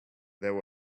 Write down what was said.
there